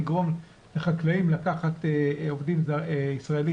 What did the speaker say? לגרום לחקלאים לקחת עובדים ישראלים,